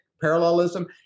parallelism